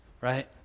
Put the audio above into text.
right